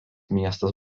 miestas